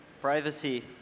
Privacy